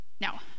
Now